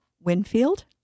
Winfield